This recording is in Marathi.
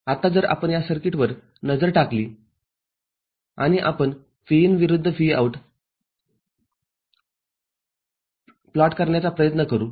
आता जर आपण या सर्किटवर नजर टाकली आणि आपण Vin विरुद्ध Vout प्लॉट करण्याचा प्रयत्न करू